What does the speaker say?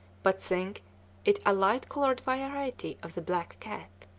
but think it a light-colored variety of the black cat.